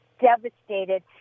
devastated